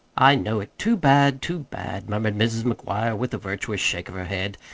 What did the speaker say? i know it. too bad, too bad, murmured mrs. mcguire, with a virtuous shake of her head.